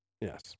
yes